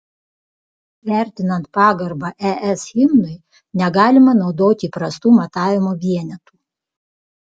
vertinant pagarbą es himnui negalima naudoti įprastų matavimo vienetų